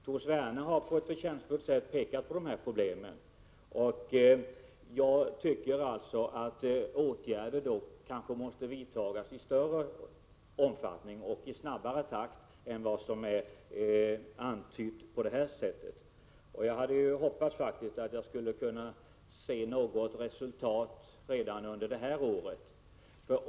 Tor Sverne har på ett förtjänstfullt sätt pekat på problemen, och jag tycker att åtgärder måste vidtas i större omfattning och i snabbare takt än vad som har antytts här. Jag hade hoppats att vi skulle kunna se något resultat redan under det här året.